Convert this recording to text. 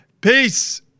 Peace